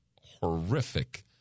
horrific